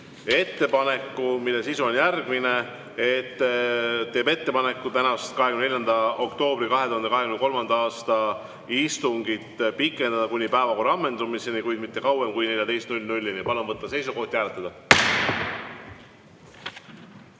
ettepaneku, mille sisu on järgmine: teeme ettepaneku tänast, 24. oktoobri 2023. aasta istungit pikendada kuni päevakorra ammendumiseni, kuid mitte kauem kui kella 14-ni. Palun võtta seisukoht ja hääletada!